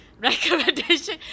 Recommendation